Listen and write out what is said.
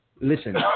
listen